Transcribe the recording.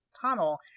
tunnel